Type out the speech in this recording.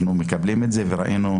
ראינו,